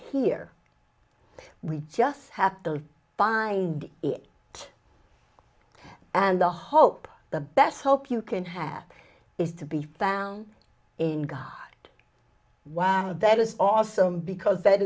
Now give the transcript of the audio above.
here we just have to find it and the hope the best hope you can have is to be found in god wow that is awesome because that